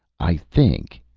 i think,